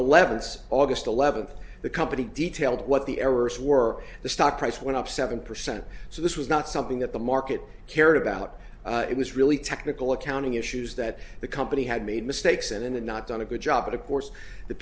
eleventh's august eleventh the company detailed what the errors were the stock price went up seven percent so this was not something that the market cared about it was really technical accounting issues that the company had made mistakes and in the not done a good job but of course the